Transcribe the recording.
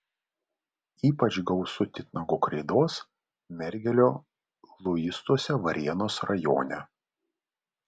ypač gausu titnago kreidos mergelio luistuose varėnos rajone